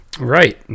Right